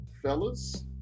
fellas